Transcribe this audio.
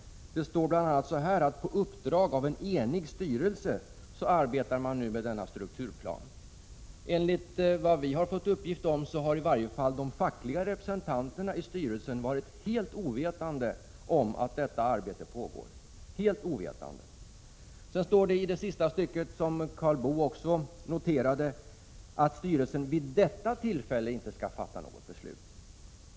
Det står bl.a. — Prot. 1986/87:61 så här: 29 januari 1987' ”På uppdrag av en enig styrelse arbetar den verkställande ledningen ——— med en ny strukturplan.” Enligt de uppgifter som vi fått har i varje fall de fackliga representanterna i styrelsen varit helt ovetande om att detta arbete pågår. Vidare står det i det sista stycket, som Karl Boo också noterade, att styrelsens ”vid detta tillfälle”, alltså den 2 februari, inte skall fatta något beslut.